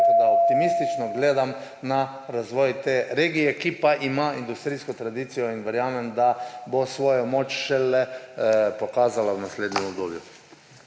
rekel, da optimistično gledam na razvoj te regije, ki pa ima industrijsko tradicijo; in verjamem, da bo svojo moč šele pokazala v naslednjem obdobju.